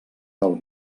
del